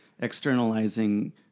externalizing